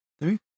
three